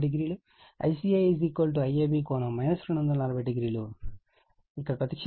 ICA IAB ∠ 240o ను ఇక్కడ ప్రతిక్షేపించండి